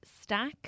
stack